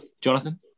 Jonathan